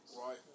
Right